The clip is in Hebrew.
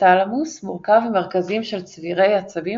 ההיפותלמוס מורכב ממרכזים של צבירי עצבים